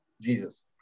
Jesus